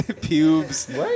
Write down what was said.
pubes